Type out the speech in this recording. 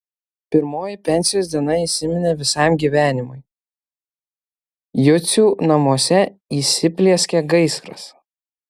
pirmoji pensijos diena įsiminė visam gyvenimui jucių namuose įsiplieskė gaisras